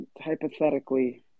hypothetically